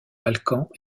balkans